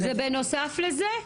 זה בנוסף לזה?